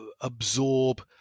absorb